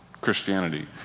Christianity